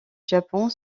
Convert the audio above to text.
japon